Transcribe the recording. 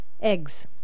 Eggs